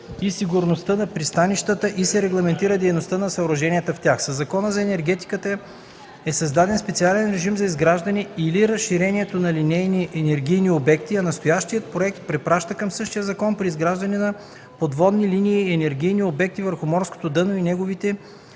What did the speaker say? и сигурността на пристанищата и се регламентира дейността на съоръженията в тях. Със Закона за енергетиката е създаден специален режим за изграждането или разширението на линейни енергийни обекти, а настоящият проект препраща към същия закон при изграждането на подводни линейни енергийни обекти върху морското дъно и неговите